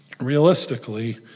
realistically